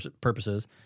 purposes—